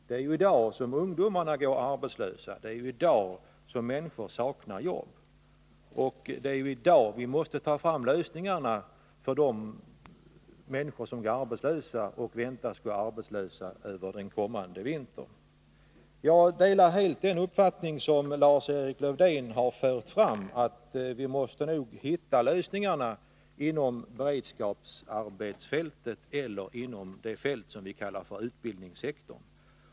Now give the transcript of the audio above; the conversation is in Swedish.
Det är i dag som ungdomarna går arbetslösa och människorna saknar jobb. Och det är i dag vi måste ta fram lösningarna för de människor som går arbetslösa och väntas göra det under kommande vinter. Jag delar helt den uppfattning som Lars-Erik Lövdén har fört fram, nämligen att vi måste hitta lösningarna inom beredskapsarbetsfältet eller inom det fält vi kallar utbildningssektorn.